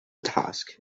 task